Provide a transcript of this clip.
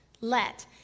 let